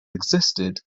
existed